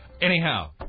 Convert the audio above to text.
Anyhow